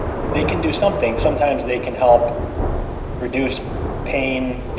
they can do something. sometimes they can help reduce pain.